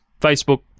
Facebook